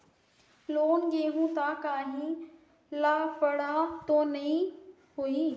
Loan लेहूं ता काहीं लफड़ा तो नी होहि?